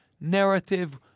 narrative